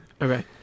okay